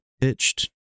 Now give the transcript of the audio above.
pitched